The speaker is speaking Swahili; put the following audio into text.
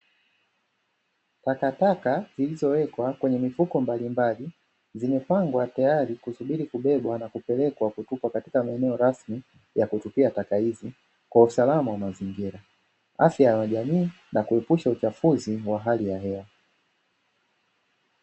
Takataka zilizowekwa kwenye mifuko mbalimbali, zimepangwa tayari kusubiri kubebwa na kupelekwa kutupwa katika maeneo rasmi ya kutupia taka hizi kwa usalama wa mazingira, afya ya jamii na kuepusha uchafuzi wa hali ya hewa.